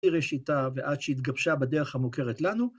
מראשיתה ועד שהתגבשה בדרך המוכרת לנו.